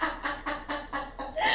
ah I tell you damn funny